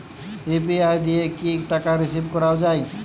UPI দিয়ে কি টাকা রিসিভ করাও য়ায়?